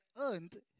earned